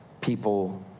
people